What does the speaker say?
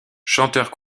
chanteurs